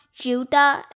Judah